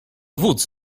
wódz